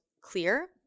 clear